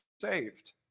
saved